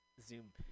zoom